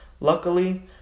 Luckily